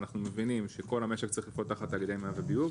מבינים שכל המשק צריך לחיות תחת תאגידי מים וביוב,